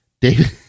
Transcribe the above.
David